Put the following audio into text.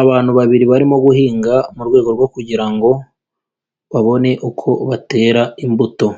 Abantu babiri barimo guhinga mu rwego rwo kugira ngo babone uko batera imbuto,